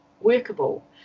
workable